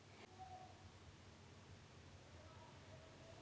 ಪ್ರಸ್ತುತ ನನ್ನ ಖಾತೆಯಲ್ಲಿ ಕನಿಷ್ಠ ಬ್ಯಾಲೆನ್ಸ್ ಎಷ್ಟು ಇಡಬೇಕು?